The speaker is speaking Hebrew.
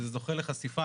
וזה זוכה לחשיפה,